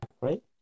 right